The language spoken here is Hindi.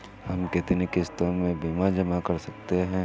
हम कितनी किश्तों में बीमा जमा कर सकते हैं?